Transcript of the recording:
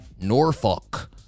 Norfolk